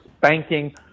banking